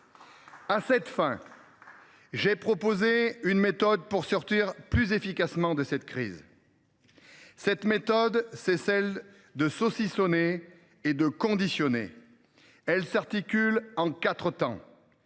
À cette fin, j’ai proposé une méthode pour sortir plus efficacement de cette crise. Cette méthode consiste à saucissonner et à conditionner. Elle s’articule en quatre temps.